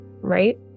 right